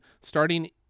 starting